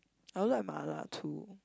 I also like mala too